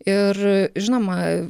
ir žinoma